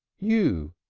u!